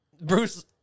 Bruce